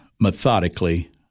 methodically